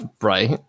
Right